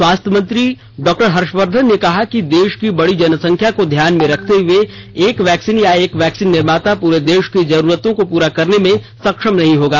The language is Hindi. स्वास्थ्य मंत्री हर्षवर्धन ने कहा कि देश की बड़ी जनसंख्या को ध्यान में रखते हुए एक वैक्सीन या एक वैक्सीन निर्माता पूरे देश की जरूरतों को पूरा करने में सक्षम नहीं होगा